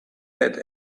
had